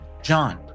John